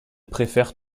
préfère